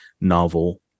novel